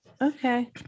Okay